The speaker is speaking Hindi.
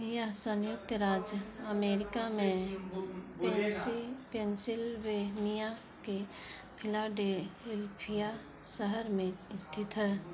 यह संयुक्त राज्य अमेरिका में पेंसिल पेंसिल्वेनिया के फिलाडेल्फिया शहर में स्थित है